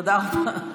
תודה רבה.